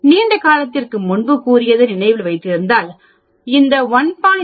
நீண்ட காலத்திற்கு முன்பு கூறியதை நினைவில் வைத்திருந்தால் இந்த 1